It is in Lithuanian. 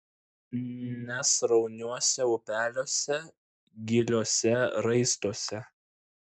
nesrauniuose upeliuose giliuose raistuose